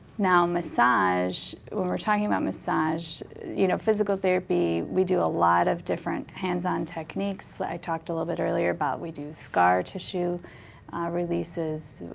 now, massage, when we're talking about massage. you know, physical therapy, we do a lot of different hands-on techniques that i talked a little bit earlier about. we do scar tissue releases.